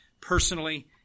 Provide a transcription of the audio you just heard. personally